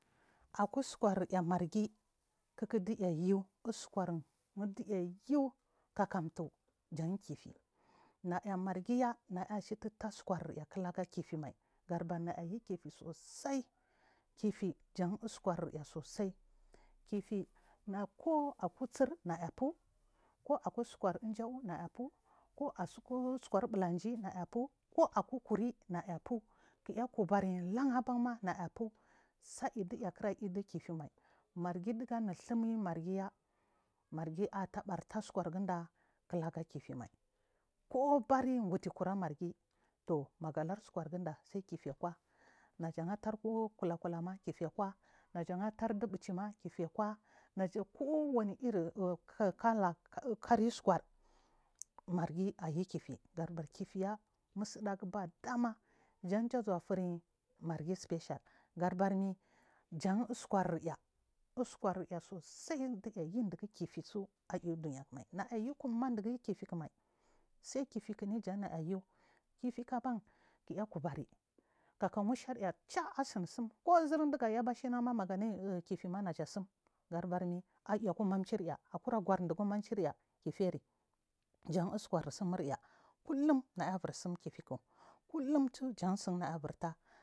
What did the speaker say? Aku uskuryaa margi kik diya yu uskur indiyayu kaktu jan kefi naya margiya naya citin tah uska tya kira kifimai nayayi kefi sosai kefi jan uskurya soosai kifena ko aku sirnayafu aku uskurni jow nayafu, aku uskur ibulangi nayafu aku ukurimayafu. kiya ku baryi iam abanma nayafu sa idi yikarai u kefimai margi ɗuga nutsumum margiya margi citeb artaah uskurgiɗɗa kira gaki fimai koban gudikira morgi kefi k maga her uskur ginda sikefi kwa tardu kula kulama kifi k wan naka gatardi ɗuchima kifi akwa naja ajatardi ɓuchima kifi akwa naja kuwani irin kala ka ri uskur margi ayu kifi kife ya mustagu badama jan jazu wahirki margi special gada barrmi jan uskurya badama uskura susai dig ayu digukefi su aiy dumiyamai naya yiku mma ɗugu kifikmai ssaikfik ne jannaya tuu kefikban kiya kubari kaka musher ya chea asin tsin kunzir diga ya bashimma maganiy kefina na tatsum gadabar aiiy aku mamci rya akuragur dugu mancir yakife jan uskur sumurya naya bur tsum kefikam kuhum.